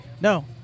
No